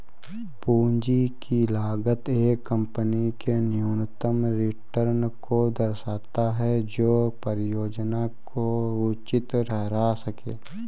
पूंजी की लागत एक कंपनी के न्यूनतम रिटर्न को दर्शाता है जो परियोजना को उचित ठहरा सकें